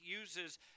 uses